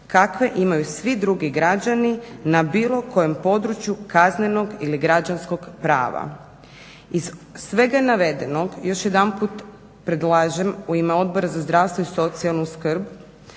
kakve imaju svi drugi građani na bilo kojem području kaznenog ili građanskog prava. Iz svega navedenog još jedanput predlažem u ime Odbora za zdravstvo i socijalnu skrb